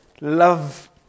love